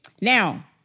Now